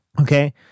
okay